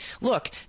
Look